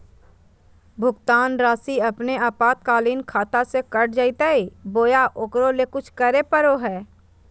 भुक्तान रासि अपने आपातकालीन खाता से कट जैतैय बोया ओकरा ले कुछ करे परो है?